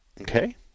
Okay